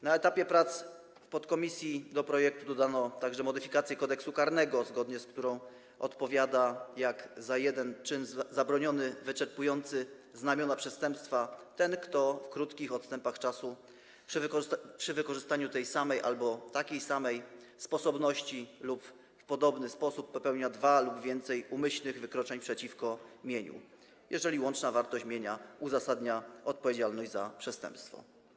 Na etapie prac w podkomisji do projektu dodano także modyfikację Kodeksu karnego, zgodnie z którą: Odpowiada jak za jeden czyn zabroniony wyczerpujący znamiona przestępstwa ten, kto w krótkich odstępach czasu, przy wykorzystaniu tej samej albo takiej samej sposobności lub w podobny sposób popełnia dwa lub więcej umyślnych wykroczeń przeciwko mieniu, jeżeli łączna wartość mienia uzasadnia odpowiedzialność za przestępstwo.